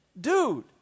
Dude